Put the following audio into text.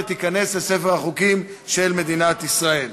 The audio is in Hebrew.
ותיכנס לספר החוקים של מדינת ישראל.